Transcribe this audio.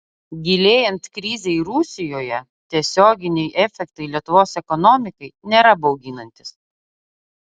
gilėjant krizei rusijoje tiesioginiai efektai lietuvos ekonomikai nėra bauginantys